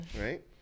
right